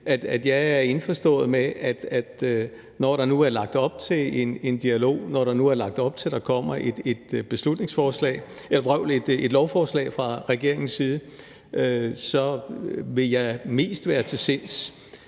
og jeg er indforstået med, at der nu er lagt op til en dialog, og at der nu er lagt op til, at der kommer et lovforslag fra regeringens side – vil jeg mest være til sinds